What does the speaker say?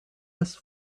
als